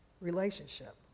relationship